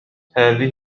هذه